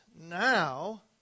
now